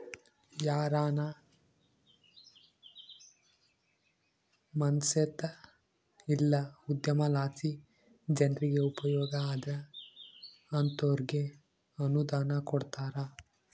ಯಾರಾನ ಮನ್ಸೇತ ಇಲ್ಲ ಉದ್ಯಮಲಾಸಿ ಜನ್ರಿಗೆ ಉಪಯೋಗ ಆದ್ರ ಅಂತೋರ್ಗೆ ಅನುದಾನ ಕೊಡ್ತಾರ